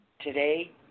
today